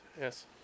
Yes